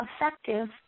effective